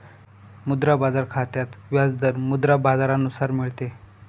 मुद्रा बाजार खात्यात व्याज दर मुद्रा बाजारानुसार मिळते